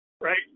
Right